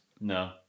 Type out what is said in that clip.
No